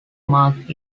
mark